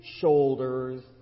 shoulders